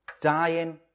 Dying